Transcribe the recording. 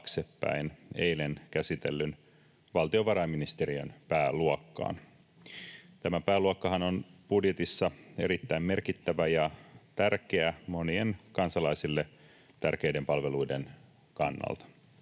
eilen käsiteltyyn valtiovarainministeriön pääluokkaan: Tämä pääluokkahan on budjetissa erittäin merkittävä ja tärkeä monien kansalaisille tärkeiden palveluiden kannalta,